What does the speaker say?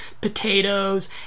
potatoes